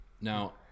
now